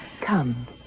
Come